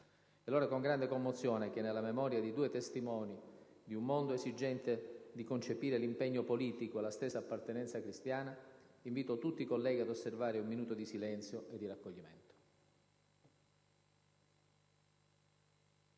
È allora con grande commozione che, nella memoria di due testimoni di un modo esigente di concepire l'impegno politico e la stessa appartenenza cristiana, invito tutti i colleghi ad osservare un minuto di silenzio e di raccoglimento*.